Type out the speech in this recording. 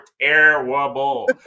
terrible